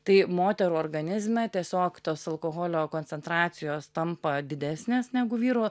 tai moterų organizme tiesiog tos alkoholio koncentracijos tampa didesnės negu vyrų